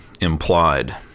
implied